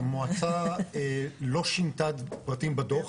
המועצה לא שינתה פרטים בדו"ח.